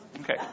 Okay